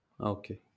Okay